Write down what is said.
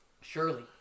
Surely